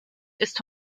ist